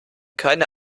keine